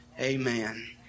Amen